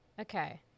Okay